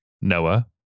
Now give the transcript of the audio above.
noah